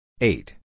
Eight